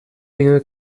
dinge